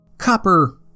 Copper